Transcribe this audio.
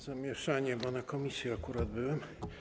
Zamieszanie, bo w komisji akurat byłem.